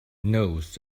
knows